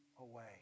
away